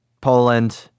Poland